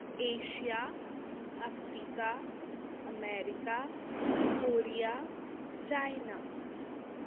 Asia Africa America Korea China